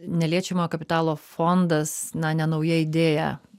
neliečiamojo kapitalo fondas na ne nauja idėja